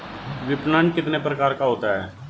विपणन कितने प्रकार का होता है?